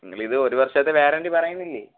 നിങ്ങൾ ഇത് ഒരു വർഷത്തെ വാറണ്ടി പറയുന്നില്ലേ